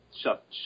shut